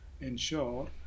ensure